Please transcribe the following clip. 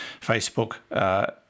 Facebook